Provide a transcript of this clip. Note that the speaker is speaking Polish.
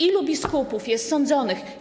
Ilu biskupów jest sądzonych?